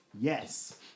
yes